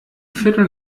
viertel